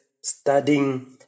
studying